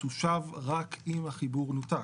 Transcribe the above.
תושב רק אם החיבור נותק.